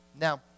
Now